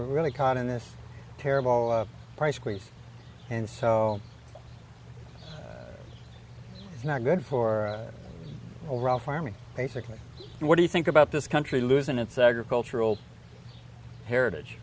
really caught in this terrible price squeeze and so it's not good for overall farming basically what do you think about this country losing its agricultural heritage